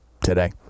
today